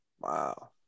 Wow